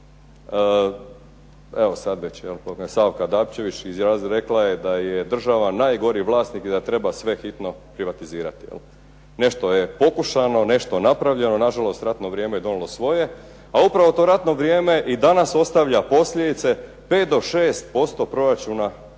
pa kad je Savka Dabčević izjavila, rekla je da je država najgori vlasnik i da treba sve hitno privatizirati. Nešto je pokušano, nešto napravljeno, nažalost ratno vrijeme je donijelo svoje. A upravo to ratno vrijeme i danas ostavlja posljedice, 5 do 6% proračuna